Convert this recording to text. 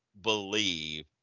believe